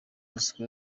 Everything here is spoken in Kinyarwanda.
bosco